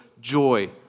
joy